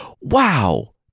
wow